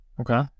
Okay